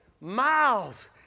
miles